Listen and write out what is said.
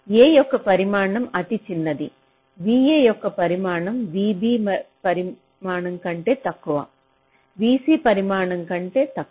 A యొక్క పరిమాణం అతిచిన్నది v A యొక్క పరిమాణం v B పరిమాణం కంటే తక్కువ v C పరిమాణం కంటే తక్కువ